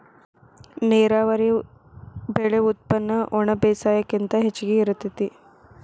ನೇರಾವರಿ ಬೆಳೆ ಉತ್ಪನ್ನ ಒಣಬೇಸಾಯಕ್ಕಿಂತ ಹೆಚಗಿ ಇರತತಿ